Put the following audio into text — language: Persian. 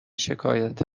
شکایت